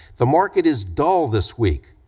the market is dull this week,